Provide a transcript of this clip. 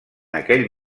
aquell